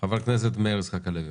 חבר הכנסת מאיר יצחק הלוי,